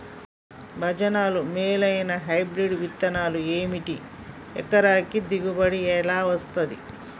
భజనలు మేలైనా హైబ్రిడ్ విత్తనాలు ఏమిటి? ఎకరానికి దిగుబడి ఎలా వస్తది?